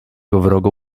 wrogo